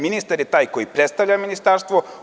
Ministar je taj koji predstavlja Ministarstvo.